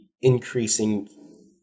increasing